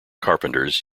carpenters